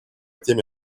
теме